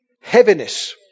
Heaviness